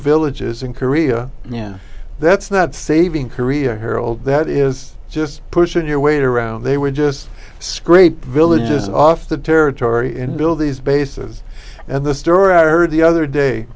villages in korea yeah that's not saving korea hurled that is just pushing your weight around they were just scrape villages off the territory and build these bases and the store i heard the other day